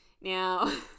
Now